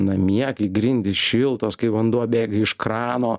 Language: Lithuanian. namie kai grindys šiltos kai vanduo bėga iš krano